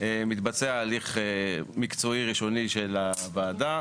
מתבצע הליך מקצועי ראשוני של הוועדה,